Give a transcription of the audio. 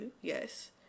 yes